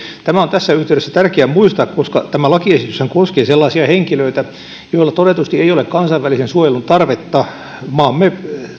tämä on tässä yhteydessä tärkeää muistaa koska tämä lakiesityshän koskee sellaisia henkilöitä joilla todetusti ei ole kansainvälisen suojelun tarvetta maamme